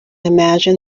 imagine